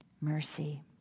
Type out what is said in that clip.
mercy